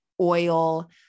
oil